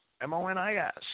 M-O-N-I-S